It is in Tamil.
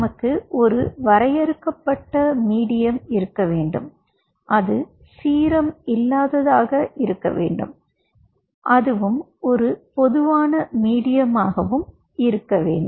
நமக்கு ஒரு வரையறுக்கப்பட்ட மீடியம் இருக்க வேண்டும் இது சீரம் இல்லாததாக இருக்கவேண்டும் அது பொதுவான மீடியமாக இருக்க வேண்டும்